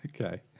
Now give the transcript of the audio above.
okay